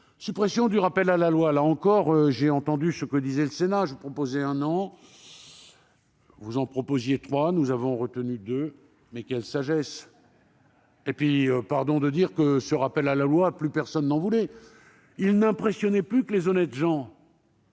suppression du rappel à la loi, j'ai également entendu ce que disait le Sénat. Je proposais un an, vous en proposiez trois, nous avons retenu deux : quelle sagesse ! Ce rappel à la loi, plus personne n'en voulait. Il n'impressionnait plus que les honnêtes gens,